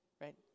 right